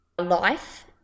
Life